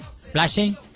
flashing